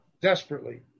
desperately